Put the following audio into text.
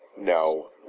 No